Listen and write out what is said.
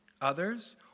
others